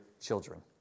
children